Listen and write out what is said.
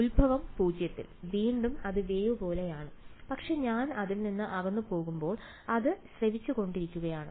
ഉത്ഭവ 0 ൽ വീണ്ടും അത് വേവ് പോലെയാണ് പക്ഷേ ഞാൻ അതിൽ നിന്ന് അകന്നുപോകുമ്പോൾ അത് ദ്രവിച്ചുകൊണ്ടിരിക്കുകയാണ്